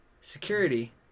security